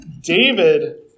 David